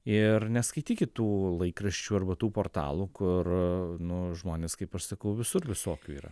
ir neskaitykit tų laikraščių arba tų portalų kur nu žmonės kaip aš sakau visur visokių yra